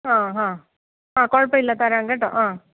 ആ ഹാ ആ കുഴപ്പം ഇല്ല തരാം കേട്ടോ ആ